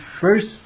first